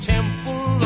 Temple